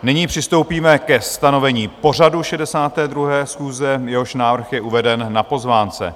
Nyní přistoupíme ke stanovení pořadu 62. schůze, jehož návrh je uveden na pozvánce.